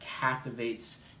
captivates